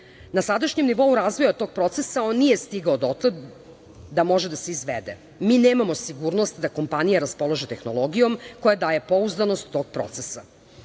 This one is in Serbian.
Na sadašnjem nivou razvoja tog procesa on nije stigao dotle da može da se izvede. Mi nemamo sigurnost da kompanija raspolaže tehnologijom koja daje pouzdanost tog